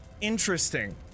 Interesting